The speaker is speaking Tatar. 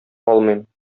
алмыйм